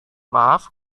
maaf